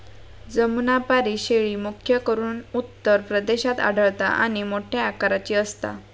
जमुनापारी शेळी, मुख्य करून उत्तर प्रदेशात आढळता आणि मोठ्या आकाराची असता